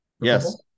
Yes